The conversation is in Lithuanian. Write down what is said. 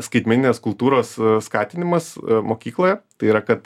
skaitmeninės kultūros skatinimas mokykloje tai yra kad